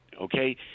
okay